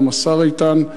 היום השר איתן,